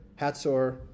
Hatzor